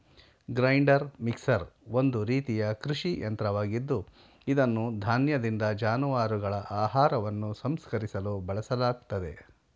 grinder mixer ಒಂದು ರೀತಿಯ ಕೃಷಿ ಯಂತ್ರವಾಗಿದ್ದು ಇದನ್ನು ಧಾನ್ಯದಿಂದ ಜಾನುವಾರುಗಳ ಆಹಾರವನ್ನು ಸಂಸ್ಕರಿಸಲು ಬಳಸಲಾಗ್ತದೆ